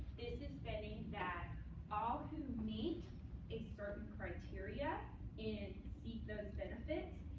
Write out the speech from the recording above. this is spending that all who meet a certain criteria and seek those benefits,